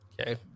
Okay